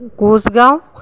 Kochgaon